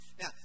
Now